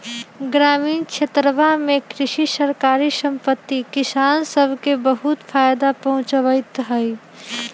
ग्रामीण क्षेत्रवा में कृषि सरकारी समिति किसान सब के बहुत फायदा पहुंचावीत हई